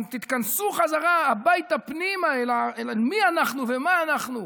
תתכנסו חזרה הביתה פנימה, אל המי אנחנו ומה אנחנו.